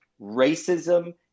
racism